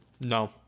No